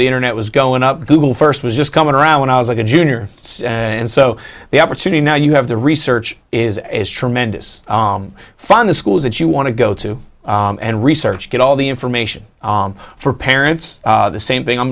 the internet was going up google first was just coming around when i was like a junior and so the opportunity now you have the research is as tremendous you find the schools that you want to go to and research get all the information for parents the same thing i'm